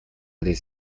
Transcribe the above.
этой